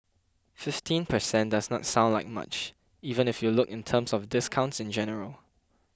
fifteen percent does not sound like much even if you look in terms of discounts in general